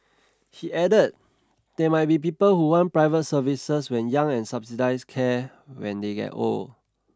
he added there might be people who want private services when young and subsidised care when they get old